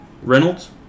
Reynolds